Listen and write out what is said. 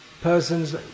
persons